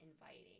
inviting